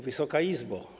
Wysoka Izbo!